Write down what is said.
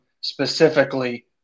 specifically –